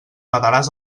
badaràs